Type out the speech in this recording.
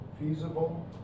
Feasible